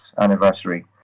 anniversary